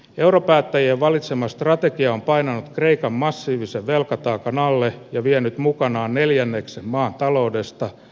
europäättäjien valitsema strategia on painanut kreikan massiivisen velkataakan alle ja vienyt mukanaan neljänneksen maan taloudesta